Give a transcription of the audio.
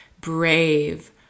brave